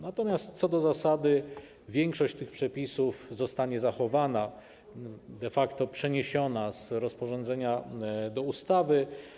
Natomiast co do zasady większość tych przepisów zostanie zachowana, de facto przeniesiona z rozporządzenia do ustawy.